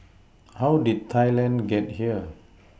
how did Thailand get here